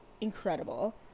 incredible